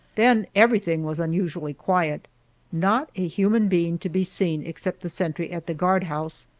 then everything was unusually quiet not a human being to be seen except the sentry at the guardhouse,